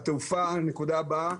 הנקודה הבאה,